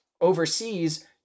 overseas